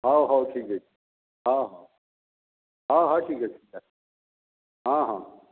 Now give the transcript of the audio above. ହଉ ହଉ ଠିକ୍ ଅଛି ହଁ ହଁ ହଉ ହଉ ଠିକ୍ ଅଛି ହଁ ହଁ